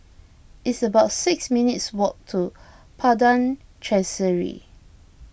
it's about six minutes' walk to Padang Chancery